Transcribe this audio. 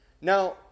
Now